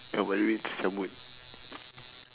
dapat duit terus cabut